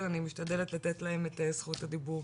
בתוכם נתח לא מבוטל של ילדים עם צרכים מיוחדים.